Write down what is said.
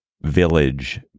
village